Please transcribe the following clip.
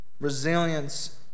Resilience